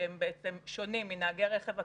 שהם שונים מנהגי הרכב הכבד.